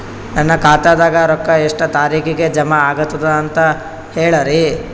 ನನ್ನ ಖಾತಾದಾಗ ರೊಕ್ಕ ಎಷ್ಟ ತಾರೀಖಿಗೆ ಜಮಾ ಆಗತದ ದ ಅಂತ ಹೇಳರಿ?